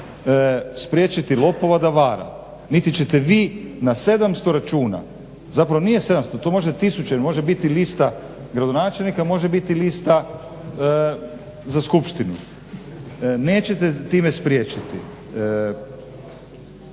spriječiti lopova da vara, niti ćete vi na 700 računa, zapravo nije 700 to može tisuće, može biti lista gradonačelnika, može biti lista za skupštinu. Nećete time spriječiti.